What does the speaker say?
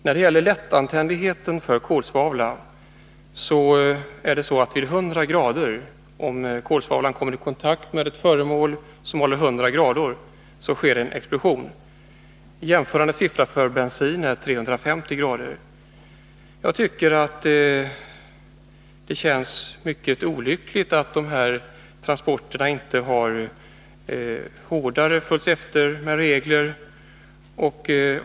När det gäller lättantändligheten för kolsvavla vill jag nämna att det sker en explosion om kolsvavlan kommer i kontakt med ett föremål som håller 100 ”. Motsvarande tal för bensin är 350 ?. Jag tycker att det är mycket olyckligt att de här transporterna inte hårdare har hållits efter med regler.